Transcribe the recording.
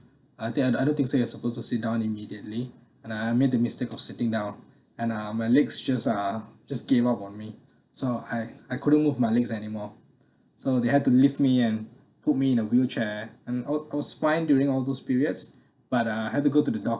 I think I don't think so you're supposed to sit down immediately and I I made the mistake of sitting down and uh my legs just uh just gave up on me so I I couldn't move my legs anymore so they had to leave me and put me in a wheelchair and I I was fine during all those periods but uh I had to go to the doc~